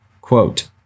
Quote